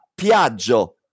Piaggio